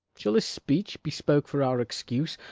shall this speech be spoke for our excuse?